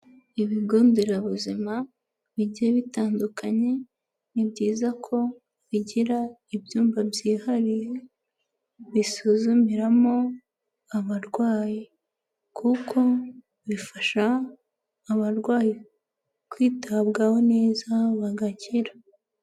Ibigo nderabuzima bigiye bitandukanye ni byiza ko bigira ibyumba byihariye bisuzumiramo abarwayi kuko bifasha abarwayi kwitabwaho neza bagakira.